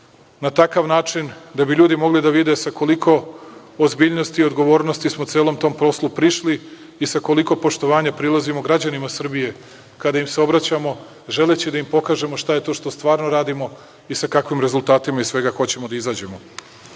na takav način da bi ljudi mogli da vide sa koliko ozbiljnosti i odgovornosti smo celom tom poslu prišli i sa koliko poštovanja prilazimo građanima Srbije kada im se obraćamo, želeći da im pokažemo šta je to što stvarno radimo i sa kakvim rezultatima iz svega hoćemo da izađemo. Meni,